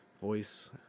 voice